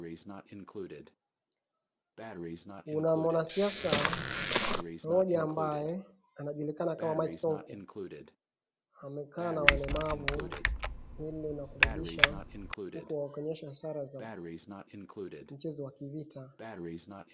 Kuna mwanasiasa, mmoja ambaye anajulikana kama Mike Sonko. Amekaa na walemavu, neno la kurudisha, huku akionyesha hasara za mchezo wa kivita.